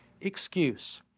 excuse